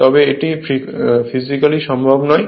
তবে এটি ফিজিক্যালি সম্ভব নয়